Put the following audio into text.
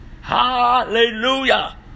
Hallelujah